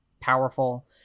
powerful